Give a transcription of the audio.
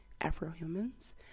Afro-humans